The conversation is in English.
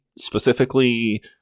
specifically